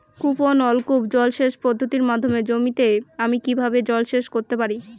কূপ ও নলকূপ জলসেচ পদ্ধতির মাধ্যমে জমিতে আমি কীভাবে জলসেচ করতে পারি?